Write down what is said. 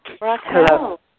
Hello